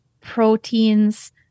proteins